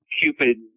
Cupid